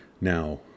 now